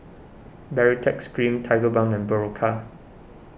Baritex Cream Tigerbalm and Berocca